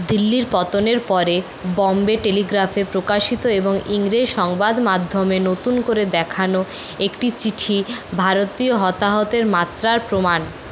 দিল্লির পতনের পরে বম্বে টেলিগ্রাফে প্রকাশিত এবং ইংরেজ সংবাদমাধ্যমে নতুন করে দেখানো একটি চিঠি ভারতীয় হতাহতের মাত্রার প্রমাণ